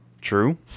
True